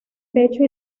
pecho